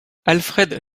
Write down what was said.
alfred